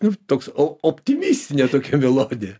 ir toks optimistinė tokia melogija